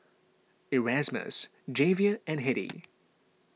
Erasmus Javier and Hedy